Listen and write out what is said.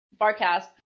Barcast